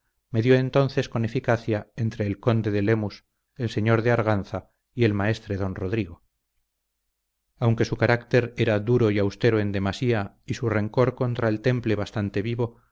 bierzo medió entonces con eficacia entre el conde de lemus el señor de arganza y el maestre don rodrigo aunque su carácter era duro y austero en demasía y su rencor contra el temple bastante vivo